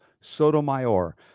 Sotomayor